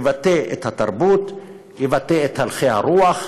יבטא את התרבות, יבטא את הלכי הרוח,